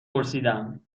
پرسیدم